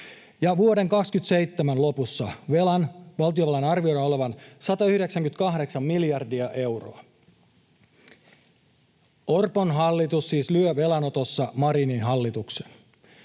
Vuoden 27 lopussa valtionvelan arvioidaan olevan 198 miljardia euroa. Orpon hallitus siis lyö velanotossa Marinin hallituksen.